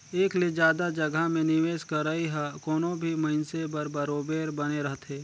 एक ले जादा जगहा में निवेस करई ह कोनो भी मइनसे बर बरोबेर बने रहथे